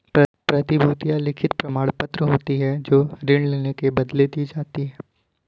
प्रतिभूतियां लिखित प्रमाणपत्र होती हैं जो ऋण लेने के बदले दी जाती है